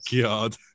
god